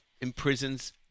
imprisons